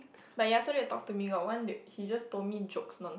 but ya so they talk to me got one he just told me jokes non~